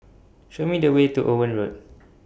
Show Me The Way to Owen Road